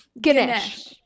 Ganesh